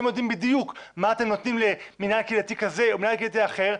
אתם יודעים בדיוק מה אתם נותנים למינהל קהילתי כזה או מינהל קהילתי אחר.